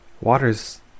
water's